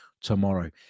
tomorrow